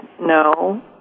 no